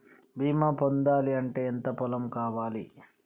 బీమా పొందాలి అంటే ఎంత పొలం కావాలి?